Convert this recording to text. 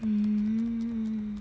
mm